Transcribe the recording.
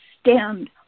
stand